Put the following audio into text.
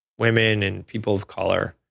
women and people of color,